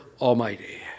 Almighty